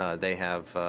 ah they have